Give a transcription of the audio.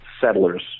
settlers